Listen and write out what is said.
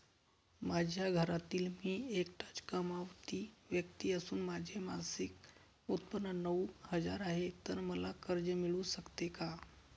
माझ्या घरातील मी एकटाच कमावती व्यक्ती असून माझे मासिक उत्त्पन्न नऊ हजार आहे, तर मला कर्ज मिळू शकते का?